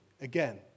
again